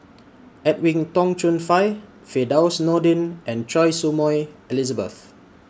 Edwin Tong Chun Fai Firdaus Nordin and Choy Su Moi Elizabeth